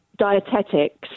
Dietetics